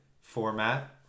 format